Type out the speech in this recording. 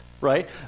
right